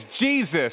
Jesus